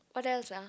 what else ah